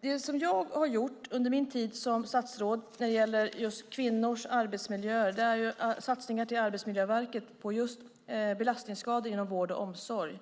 Det jag har gjort under min tid som statsråd när det gäller just kvinnors arbetsmiljöer är satsningar till Arbetsmiljöverket på just belastningsskador inom vård och omsorg.